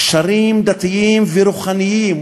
קשרים דתיים ורוחניים,